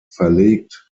verlegt